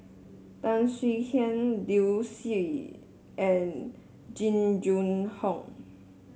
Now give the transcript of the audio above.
Tan Swie Hian Liu Si and Jing Jun Hong